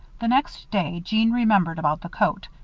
the next day jeanne remembered about the coat.